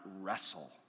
wrestle